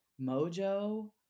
mojo